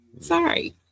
Sorry